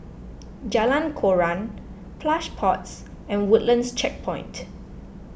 Jalan Koran Plush Pods and Woodlands Checkpoint